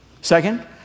Second